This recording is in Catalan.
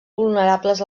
vulnerables